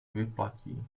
vyplatí